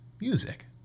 music